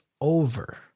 over